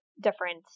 different